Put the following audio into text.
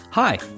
Hi